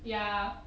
ya